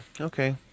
okay